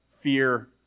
fear